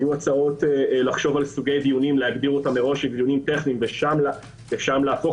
היו הצעות להגדיר דיונים כדיונים טכניים ושם להפוך